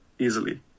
easily